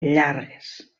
llargues